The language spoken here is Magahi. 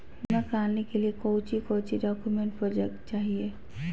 बीमा कराने के लिए कोच्चि कोच्चि डॉक्यूमेंट प्रोजेक्ट चाहिए?